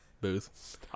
booth